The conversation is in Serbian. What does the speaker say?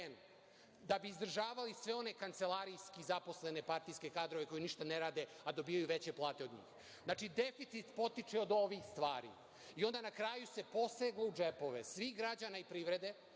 da bi izdržavali sve one kancelarijski zaposlene partijske kadrove koji ništa ne rade, a dobijaju veće plate od njih. Znači, deficit potiče od ovih stvari. Onda se na kraju poseglo u džepove svih građana i privreda,